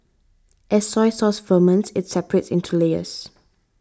as soy sauce ferments it separates into layers